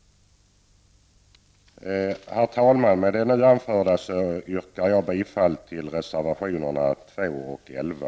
Herr talman! Med det anförda yrkar jag bifall till reservationerna 2 och 11.